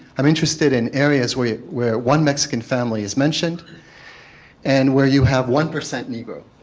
i'm interested in areas where where one mexican family is mentioned and where you have one percent negro